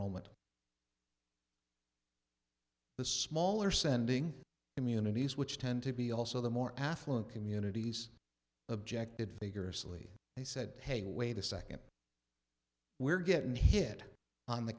and the smaller sending communities which tend to be also the more affluent communities objected vigorously they said hey wait a second we're getting hit on the